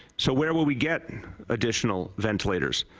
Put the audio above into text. so where will we get additional ventilators?